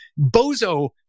bozo